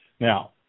Now